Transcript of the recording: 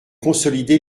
consolidé